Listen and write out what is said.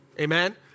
Amen